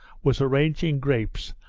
was arranging grapes,